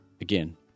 Again